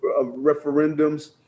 referendums